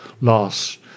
loss